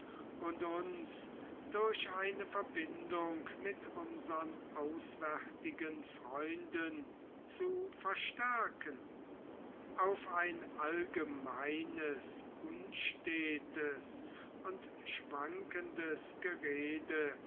und uns durch eine verbindung mit unsern auswärtigen freunden zu verstärken auf ein allgemeines unstetes und schwankendes gerede